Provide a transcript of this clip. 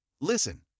Listen